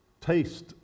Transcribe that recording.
taste